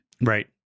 right